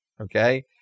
Okay